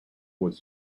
was